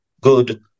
good